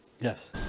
Yes